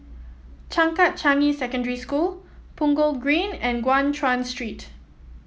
Changkat Changi Secondary School Punggol Green and Guan Chuan Street